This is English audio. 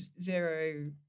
zero